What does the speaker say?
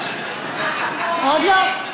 עוד לא?